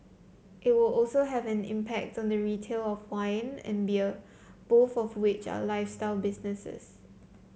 it will also have an impact on the retail of wine and beer both of which are lifestyle businesses